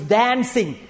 dancing